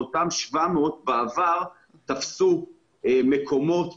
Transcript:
אותם 700 בעבר תפסו מקומות,